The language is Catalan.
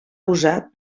usat